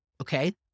okay